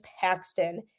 Paxton